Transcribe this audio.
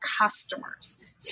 customers